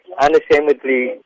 unashamedly